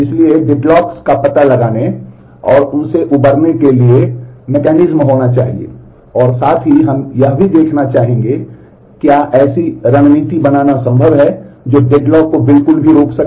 इसलिए डेडलॉक्स को बिल्कुल भी रोक सके